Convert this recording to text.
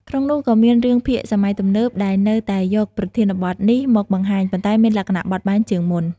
ក្នុងនោះក៏មានរឿងភាគសម័យទំនើប ដែលនៅតែយកប្រធានបទនេះមកបង្ហាញ ប៉ុន្តែមានលក្ខណៈបត់បែនជាងមុន។